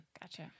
Gotcha